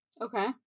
Okay